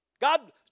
God